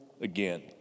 again